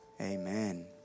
Amen